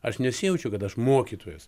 aš nesijaučiau kad aš mokytojas